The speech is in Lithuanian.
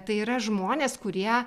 tai yra žmonės kurie